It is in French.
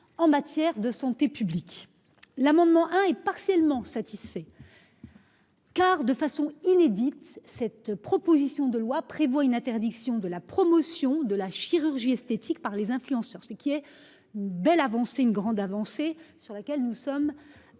en matière de santé publique. L'amendement hein et partiellement satisfait. Car de façon inédite. Cette proposition de loi prévoit une interdiction de la promotion de la chirurgie esthétique par les influenceurs, ce qu'il y ait une belle avancée, une grande avancée sur lesquels nous sommes